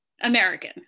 American